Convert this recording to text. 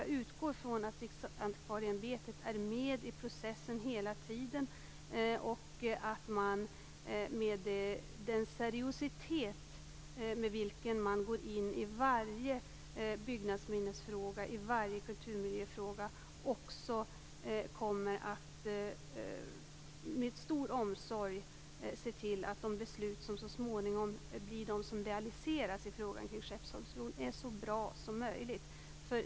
Jag utgår ifrån att Riksantikvarieämbetet är med i processen hela tiden och att man med den seriositet med vilken man går in i varje byggnadsminnesfråga och varje kulturmiljöfråga ser till att de beslut som så småningom blir de som realiseras när det gäller Skeppsholmsbron är så bra som möjligt.